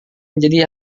menjadi